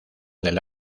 del